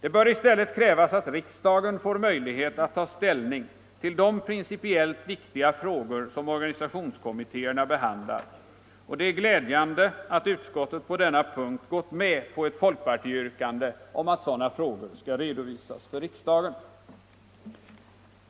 Det bör i stället krävas att riksdagen får möjlighet att ta ställning till de principiellt viktiga frågor som organisationskommittéerna behandlar, och det är glädjande att utskottet på denna punkt gått med på ett folkpartiyrkande om att sådana frågor skall redovisas för riksdagen.